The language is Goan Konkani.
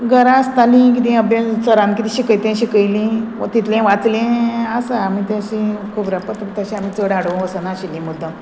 घरा आसतालीं किदें अभ्यास सरान किदें शिकयतां शिकयलीं वो तितलें वाचलें आसा आमी तशीं खोबरापत्र तशें आमी चड हाडूं वसनाशिल्लीं मुद्दम